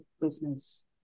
business